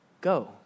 go